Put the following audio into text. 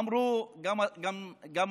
אמרו גם השר,